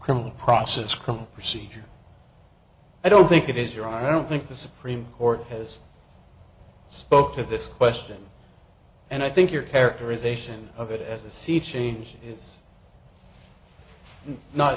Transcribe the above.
criminal process come procedure i don't think it is your i don't think the supreme court has spoke to this question and i think your characterization of it as a sea change is not